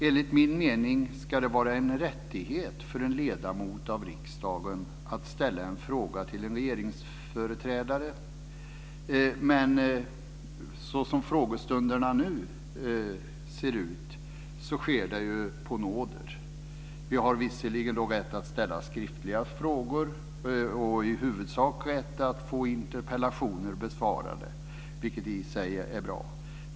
Enligt min mening ska det vara en rättighet för en ledamot av riksdagen att ställa en fråga till en regeringsföreträdare. Men så som frågestunderna nu ser ut sker det på nåder. Vi har visserligen rätt att ställa skriftliga frågor och i huvudsak rätt att få interpellationer besvarade, vilket i sig är bra.